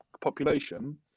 population